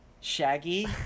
Shaggy